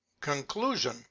Conclusion